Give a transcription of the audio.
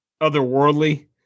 otherworldly